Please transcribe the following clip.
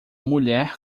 mulher